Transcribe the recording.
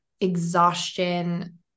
exhaustion